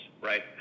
right